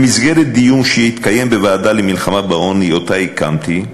במסגרת דיון שהתקיים בוועדה למלחמה בעוני שהקמתי,